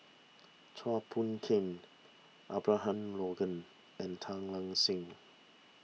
Chua Phung Kim Abraham Logan and Tan Lark Sye